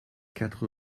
quatre